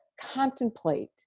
contemplate